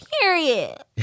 Period